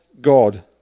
God